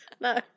No